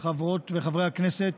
חברות וחברי הכנסת,